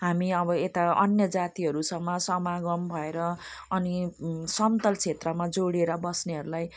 हामी अब यता अन्य जातिहरूसँग समागम भएर अनि समतल क्षेत्रमा जोडिएर बस्नेहरूलाई